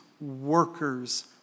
workers